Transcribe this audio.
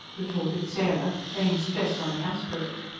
retorted sarah, laying stress on the aspirate.